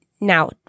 Now